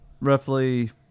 roughly